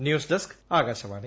news desk Akashvani